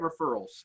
referrals